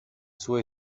sua